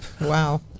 wow